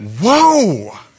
whoa